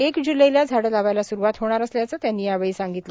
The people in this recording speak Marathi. एक जुलैला झाडं लावायला सुरूवात होणार असल्याचं त्यांनी यावेळी सांगितलं